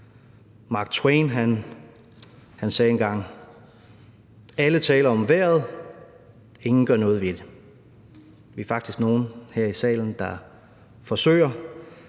Mark Twain sagde engang: Alle taler om vejret, men ingen gør noget ved det. Vi er faktisk nogle her i salen, der forsøger,